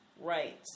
right